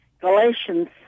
Galatians